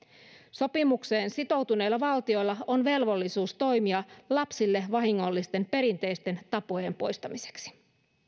sopimukseen sitoutuneilla valtioilla on velvollisuus toimia lapsille vahingollisten perinteisten tapojen poistamiseksi